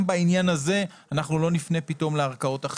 גם בעניין הזה אנחנו לא נפנה פתאום לערכאות אחרות.